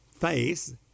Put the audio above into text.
face